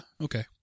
okay